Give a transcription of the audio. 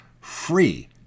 free